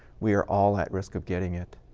we are all at risk of getting it.